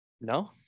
No